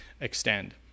extend